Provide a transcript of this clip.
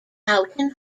houghton